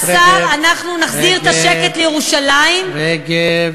והשר, אנחנו נחזיר את השקט לירושלים, רגב, רגב.